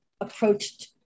approached